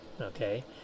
okay